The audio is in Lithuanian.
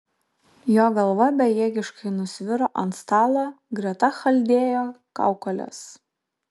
jo galva bejėgiškai nusviro ant stalo greta chaldėjo kaukolės